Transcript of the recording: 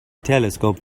telescope